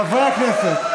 חברי הכנסת.